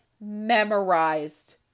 memorized